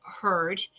heard